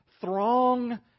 throng